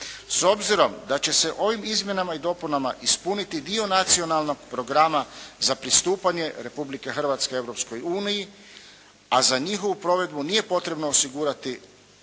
S obzirom da će se ovim izmjenama i dopunama ispuniti dio Nacionalnog programa za pristupanje Republike Hrvatske Europskoj uniji, a za njihovu provedbu nije potrebno osigurati